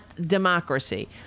democracy